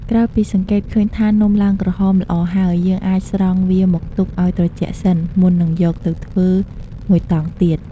ក្រោយពីសង្កេតឃើញថានំឡើងក្រហមល្អហើយ យើងអាចស្រង់វាមកទុកឲ្យត្រជាក់សិន មុននឹងយកទៅធ្វើមួយតង់ទៀត។